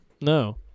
No